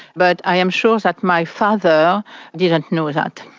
but i am sure that my father didn't know that.